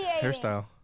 Hairstyle